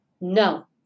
No